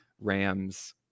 rams